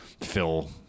fill